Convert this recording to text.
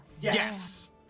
yes